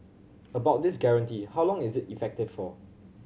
about this guarantee how long is it effective for